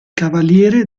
cavaliere